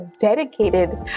dedicated